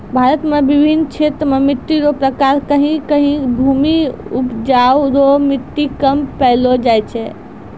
भारत मे बिभिन्न क्षेत्र मे मट्टी रो प्रकार कहीं कहीं भूमि उपजाउ रो मट्टी कम पैलो जाय छै